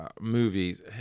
movies